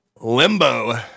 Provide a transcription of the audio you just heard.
Limbo